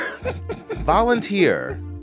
Volunteer